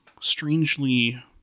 strangely